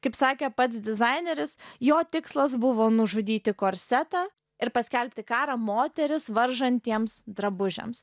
kaip sakė pats dizaineris jo tikslas buvo nužudyti korsetą ir paskelbti karą moteris varžantiems drabužiams